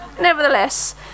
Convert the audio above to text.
nevertheless